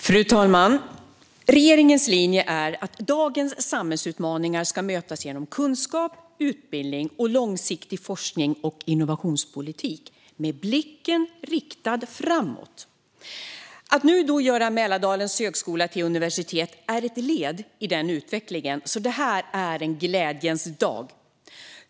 Fru talman! Regeringens linje är att dagens samhällsutmaningar ska mötas med kunskap, utbildning och långsiktig forsknings och innovationspolitik, med blicken riktad framåt. Att göra Mälardalens högskola till universitet är ett led i den utvecklingen. Det här är alltså en glädjens dag.